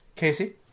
Casey